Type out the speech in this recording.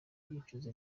yicuza